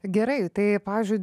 gerai tai pavyzdžiui